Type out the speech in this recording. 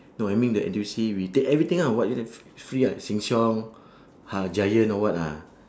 no I mean the N_T_U_C we take everything ah what they have free ah sheng siong ha giant or what ah